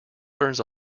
burns